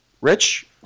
Rich